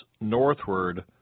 northward